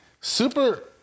super